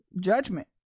judgment